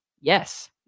yes